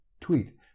tweet